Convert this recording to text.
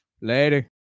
Later